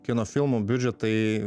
kino filmų biudžetai